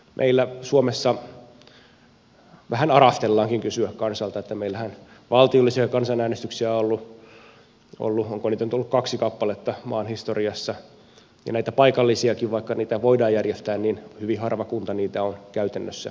meillä suomessa vähän arastellaankin kysyä kansalta meillähän valtiollisia kansanäänestyksiä on ollut oliko se kaksi kappaletta maan historiassa ja näitä paikallisiakin vaikka niitä voidaan järjestää hyvin harva kunta on käytännössä järjestänyt